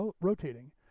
rotating